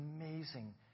amazing